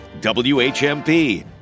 whmp